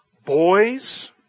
Boys